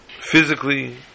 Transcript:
physically